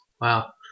Wow